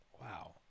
wow